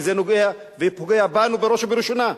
כי זה נוגע ופוגע בנו בראש ובראשונה.